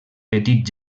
petit